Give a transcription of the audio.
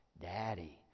Daddy